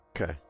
Okay